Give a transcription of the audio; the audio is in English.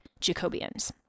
Jacobians